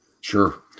Sure